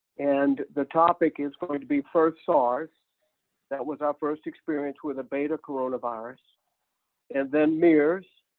and the topic is but going to be first sars that was our first experience with a beta coronavirus and then mers,